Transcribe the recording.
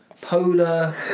Polar